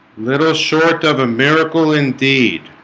little short of a miracle indeed